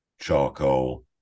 charcoal